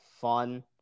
fun